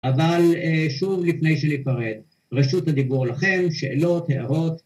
‫אבל שוב, לפני שניפרד, ‫רשות הדיבור לכם, שאלות, הערות.